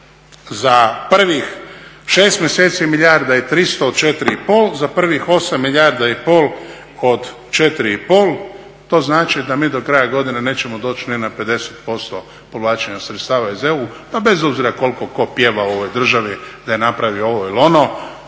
za prvih 6 mjeseci, milijarda i 300 od 4,5, za prvih 8, milijarda i pol od 4,5, to znači da mi do kraja godine nećemo doći ni na 50% povlačenja sredstava iz EU pa bez obzira koliko tko pjeva u ovoj državi, da je napravio ovo ili ono.